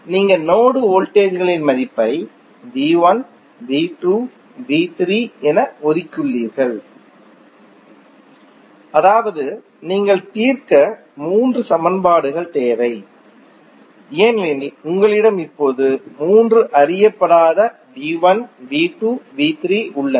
நீங்கள் node voltage களின் மதிப்பை என ஒதுக்கியுள்ளீர்கள் அதாவது நீங்கள் தீர்க்க மூன்று சமன்பாடுகள் தேவை ஏனெனில் உங்களிடம் இப்போது மூன்று அறியப்படாத உள்ளன